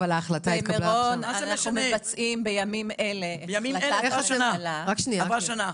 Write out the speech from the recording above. במירון אנחנו מבצעים בימים אלה את החלטת הממשלה --- עברה שנה.